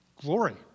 Glory